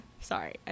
sorry